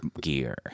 gear